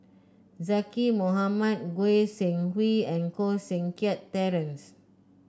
Zaqy Mohamad Goi Seng Hui and Koh Seng Kiat Terence